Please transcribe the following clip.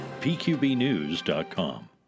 pqbnews.com